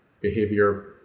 behavior